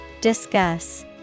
Discuss